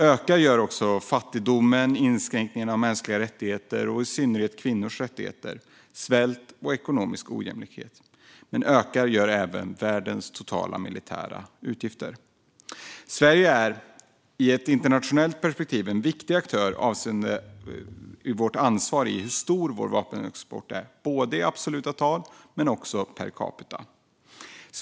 Ökar gör fattigdomen, inskränkningarna av mänskliga rättigheter och i synnerhet kvinnors rättigheter, svält och ekonomisk ojämlikhet, men ökar gör även världens totala militära utgifter. Sverige är i ett internationellt perspektiv en viktig aktör avseende vårt ansvar när det gäller hur stor vår vapenexport är, både i absoluta tal och per capita.